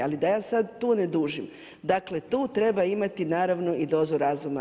Ali, da ja sad tu ne dužim, dakle, tu treba imati naravno i dozu razuma.